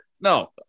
No